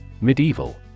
Medieval